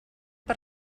per